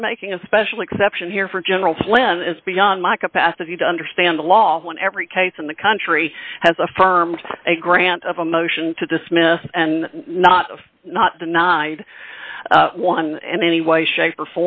we're making a special exception here for general flynn is beyond my capacity to understand the law when every case in the country has affirmed a grant of a motion to dismiss and not of not denied one in any way shape or